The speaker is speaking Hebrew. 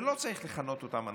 ולא צריך לכנות אותם "אנרכיסטים",